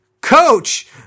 Coach